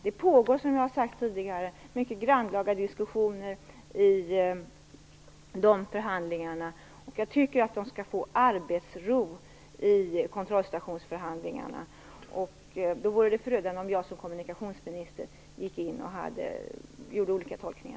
Det pågår, som jag har sagt tidigare, mycket grannlaga diskussioner i de förhandlingarna, och jag tycker att de skall få arbetsro i kontrollstationsförhandlingarna. Det vore förödande om jag som kommunikationsminister gick in och gjorde olika tolkningar.